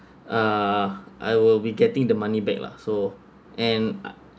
uh I will be getting the money back lah so and uh